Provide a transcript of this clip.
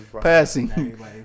passing